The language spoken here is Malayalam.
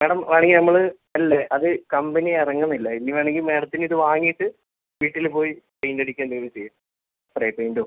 മാഡം വേണമെങ്കിൽ നമ്മൾ അല്ല അത് കമ്പനി ഇറങ്ങുന്നില്ല ഇനി വേണമെങ്കിൽ മാഡത്തിന് ഇത് വാങ്ങിയിട്ട് വീട്ടിൽ പോയി പെയിൻ്റ് അടിക്കുകയോ എന്തെങ്കിലും ചെയ്യാം സ്പ്രേ പെയിൻ്റോ